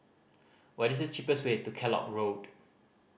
what is the cheapest way to Kellock Road